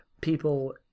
people